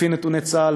לפי נתוני צה"ל,